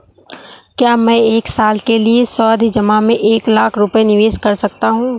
क्या मैं एक साल के लिए सावधि जमा में एक लाख रुपये निवेश कर सकता हूँ?